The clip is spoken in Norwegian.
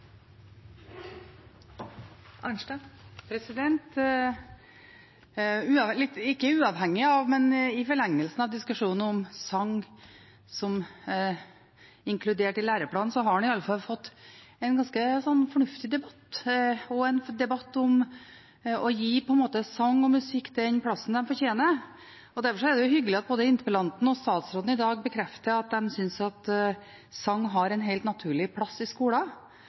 Ikke uavhengig av, men i forlengelsen av diskusjonen om sang inkludert i læreplanen, har man i hvert fall fått en ganske fornuftig debatt, og en debatt om å gi sang og musikk den plassen det fortjener. Derfor er det hyggelig at både interpellanten og statsråden i dag bekrefter at de synes sang har en helt naturlig plass i skolen,